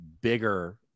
bigger